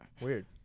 Weird